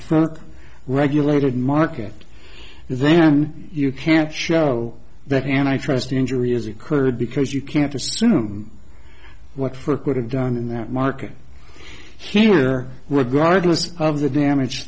of regulated market then you can't show that and i trust the injury is occurred because you can't assume what for could have done in that market here regardless of the damage